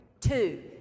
Two